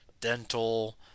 dental